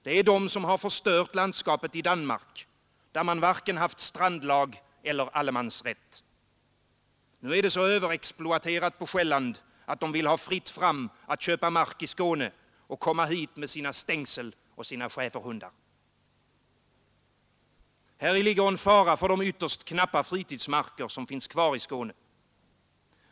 Det är de som förstört landskapet i Danmark, där man varken haft strandlag eller allemansrätt. Nu är det så överexploaterat på Själland, att de vill ha fritt fram att köpa mark i Skåne och komma hit med sina stängsel och sina schäferhundar. Häri ligger en fara för de ytterst knappa fritidsmarkerna som finns kvar i Skåne.